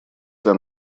для